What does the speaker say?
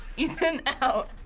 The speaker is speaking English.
ethan out.